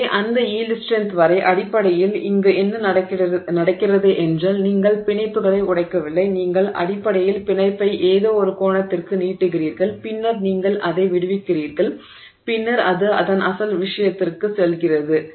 எனவே அந்த yield strength வரை அடிப்படையில் இங்கு என்ன நடக்கிறது என்றால் நீங்கள் பிணைப்புகளை உடைக்கவில்லை நீங்கள் அடிப்படையில் பிணைப்பை ஏதோ ஒரு கோணத்திற்கு நீட்டுகிறீர்கள் பின்னர் நீங்கள் அதை விடுவிக்கிறீர்கள் பின்னர் அது அதன் அசல் விஷயத்திற்கு செல்கிறது